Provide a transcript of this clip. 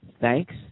Thanks